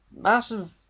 massive